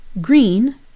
green